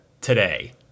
today